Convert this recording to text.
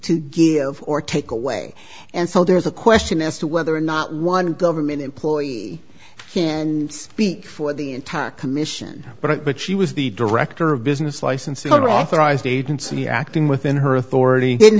to give or take away and so there's a question as to whether or not one government employee can speak for the attack mission but but she was the director of business licenses not authorized agency acting within her authority did